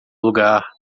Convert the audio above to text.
lugar